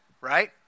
right